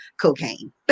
cocaine